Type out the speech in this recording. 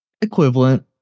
Equivalent